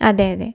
അതെ അതെ